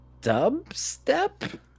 Dubstep